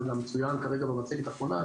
זה גם מצוין כרגע במצגת האחרונה,